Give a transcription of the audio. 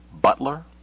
Butler